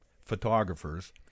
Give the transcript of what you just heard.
photographers